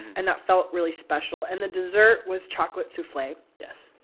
and that felt really special. and the dessert was chocolate souffle. yes.